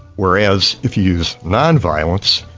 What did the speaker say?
whereas if you use non-violence,